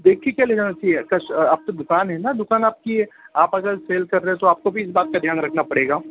देख ही के लेना चाहिए कस आप तो दुकान हैना दुकान आपकी है आप अगर सील कर रहे हो है तो आपको भी इस बात का ध्यान रखना पड़ेगा